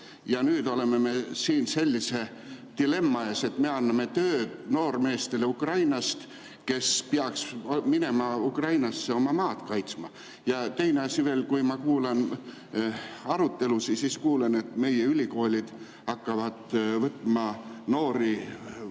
Ja nüüd oleme me siin sellise dilemma ees, et me anname tööd Ukraina noormeestele, kes peaks minema Ukrainasse oma maad kaitsma. Ja teine asi veel. Kui ma kuulan arutelusid, siis kuulen, et meie ülikoolid hakkavad võtma vastu